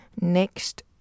Next